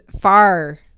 far